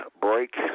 break